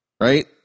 right